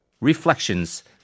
reflections